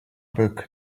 book